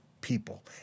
people